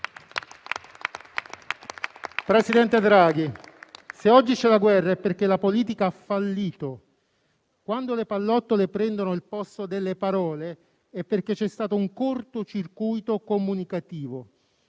Presidente Draghi, se oggi c'è la guerra è perché la politica ha fallito. Quando le pallottole prendono il posto delle parole è perché c'è stato un cortocircuito comunicativo.